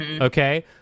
Okay